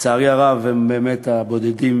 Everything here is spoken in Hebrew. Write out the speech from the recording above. לצערי הרב, הם באמת הבודדים